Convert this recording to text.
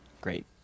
Great